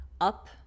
up